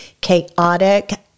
chaotic